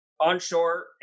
onshore